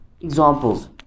Examples